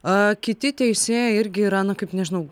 a kiti teisėjai irgi yra na kaip nežinau